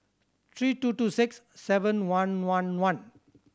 three two two six seven one one one